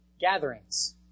gatherings